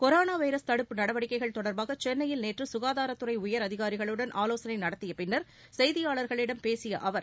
corona virus தடுப்பு நடவடிக்கைகள் தொடர்பாக சென்னையில் நேற்று சுகாதாரத்துறை உயர் அதிகாரிகளுடன் ஆலோசனை நடத்திய பின்னர் செய்தியாளர்களிடம் பேசிய அவர்